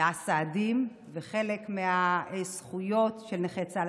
מהסעדים וחלק מהזכויות של נכי צה"ל.